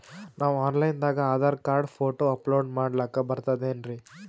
ನಾವು online ದಾಗ Aadhaar card, photo upload ಮಾಡ್ಲಕ ಬರ್ತದೇನ್ರಿ?